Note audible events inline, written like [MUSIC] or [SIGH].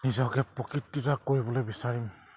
নিজকে [UNINTELLIGIBLE] কৰিবলৈ বিচাৰিম